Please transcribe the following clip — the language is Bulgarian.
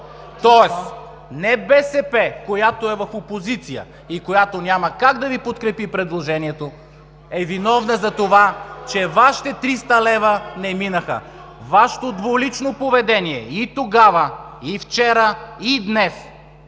Тоест не БСП, която е в опозиция и която няма как да Ви подкрепи предложението, е виновна за това, че Вашите 300 лева не минаха. Вашето двулично поведение и тогава, и вчера, и днес